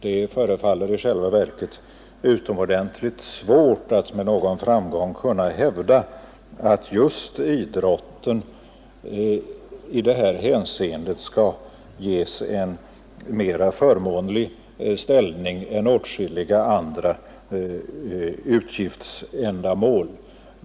Det förefaller i själva verket utomordentligt svårt att med någon framgång hävda att just idrotten i det här avseendet skall ges en mer förmånlig ställning än åtskilliga andra utgiftsändamål.